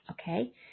okay